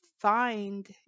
Find